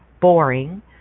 boring